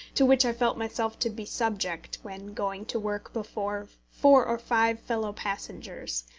to which i felt myself to be subject when going to work before four or five fellow-passengers.